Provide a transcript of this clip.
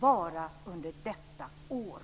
bara under detta år.